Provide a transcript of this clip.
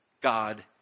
God